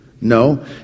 No